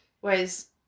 Whereas